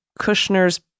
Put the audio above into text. Kushner's